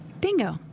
Bingo